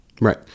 right